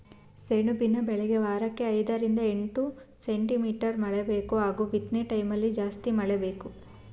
ಸೆಣಬಿನ ಬೆಳೆಗೆ ವಾರಕ್ಕೆ ಐದರಿಂದ ಎಂಟು ಸೆಂಟಿಮೀಟರ್ ಮಳೆಬೇಕು ಹಾಗೂ ಬಿತ್ನೆಟೈಮ್ಲಿ ಜಾಸ್ತಿ ಮಳೆ ಬೇಕು